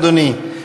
אדוני,